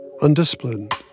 undisciplined